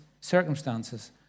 circumstances